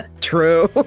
True